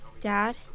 Dad